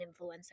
influencer